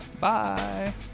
Bye